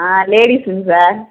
ஆ லேடிஸுக்கு சார்